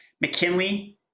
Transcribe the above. mckinley